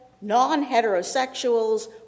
non-heterosexuals